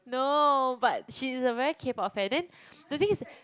no but she's a very K-Pop fan then the thing is